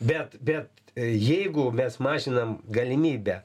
bet bet jeigu mes mažinam galimybę